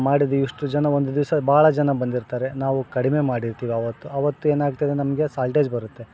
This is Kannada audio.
ಮಾಡಿದೀವಿ ಇಷ್ಟು ಜನ ಒಂದು ದಿವಸ ಭಾಳ ಜನ ಬಂದಿರ್ತಾರೆ ನಾವು ಕಡಿಮೆ ಮಾಡಿರ್ತೀವಿ ಆವತ್ತು ಆವತ್ತು ಏನಾಗ್ತದೆ ನಮಗೆ ಶಾಲ್ಟೇಜ್ ಬರುತ್ತೆ